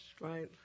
right